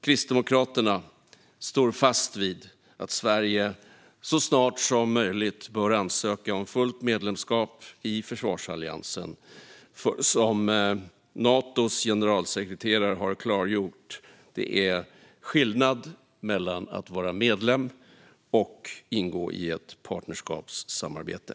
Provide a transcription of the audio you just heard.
Kristdemokraterna står fast vid att Sverige så snart som möjligt bör ansöka om fullt medlemskap i försvarsalliansen. Som Natos generalsekreterare har klargjort är det skillnad mellan att vara medlem och att ingå i ett partnerskapssamarbete.